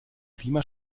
klima